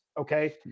Okay